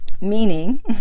meaning